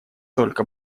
только